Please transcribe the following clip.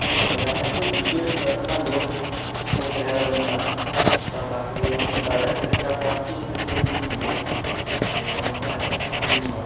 ꯍꯣꯏ ꯑꯣꯖꯥ ꯑꯩꯈꯣꯏꯒꯤꯕꯨ ꯑꯉꯥꯡꯗꯣ ꯁꯣꯜꯂꯦ ꯍꯥꯏꯔꯕꯅꯤꯅ ꯑꯦꯛꯁꯇ꯭ꯔꯥ ꯀ꯭ꯂꯥꯁꯇꯨꯗ ꯌꯥꯎꯍꯟꯕ ꯇꯥꯔꯦ ꯑꯗꯨ ꯑꯦꯛꯁꯇ꯭ꯔꯥ ꯀ꯭ꯂꯥꯁꯀꯤ ꯐꯦꯁꯤꯂꯤꯇꯤꯁꯤꯡꯗꯨ ꯍꯥꯏꯗꯤ ꯁꯝꯂꯞꯄ ꯍꯥꯏꯔꯞ ꯈꯪꯅꯤꯡꯕ